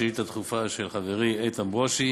שאילתה דחופה של חברי איתן ברושי